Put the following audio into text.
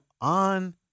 on